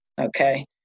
Okay